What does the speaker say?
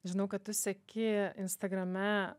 žinau kad tu seki instagrame